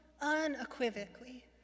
unequivocally